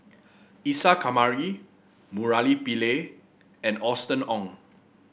Isa Kamari Murali Pillai and Austen Ong